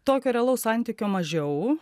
tokio realaus santykio mažiau